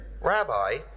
Rabbi